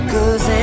Cause